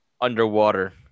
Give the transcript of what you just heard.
underwater